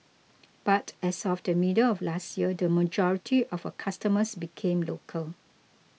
but as of the middle of last year the majority of her customers became local